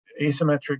asymmetric